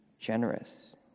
generous